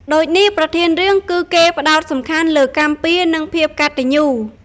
ដូចនេះប្រធានរឿងគឺគេផ្តោតសំខាន់លើកម្មពៀរ និងភាពកត្តញ្ញូ។